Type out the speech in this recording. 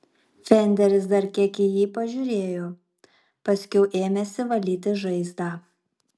fenderis dar kiek į jį pažiūrėjo paskiau ėmėsi valyti žaizdą